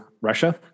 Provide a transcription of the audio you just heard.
russia